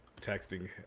texting